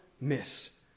miss